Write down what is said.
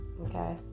Okay